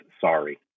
Sorry